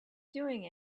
doing